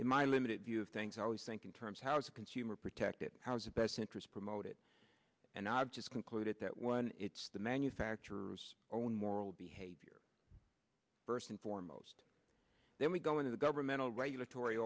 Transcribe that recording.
in my limited view of things i always think in terms how as a consumer protective how is the best interest promoted and i've just concluded that one it's the manufacturer's own moral behavior first and foremost then we go into the governmental regulatory